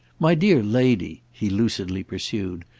my dear lady, he lucidly pursued,